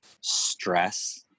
stress